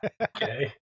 okay